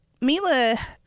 Mila